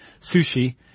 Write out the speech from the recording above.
sushi